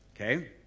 okay